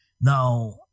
Now